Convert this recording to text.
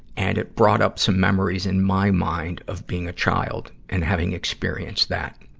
and it brought up some memories in my mind of being a child and having experienced that,